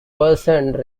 worsened